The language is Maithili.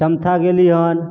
चमथा गेली हन